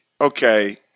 okay